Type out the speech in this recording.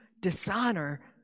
dishonor